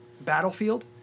battlefield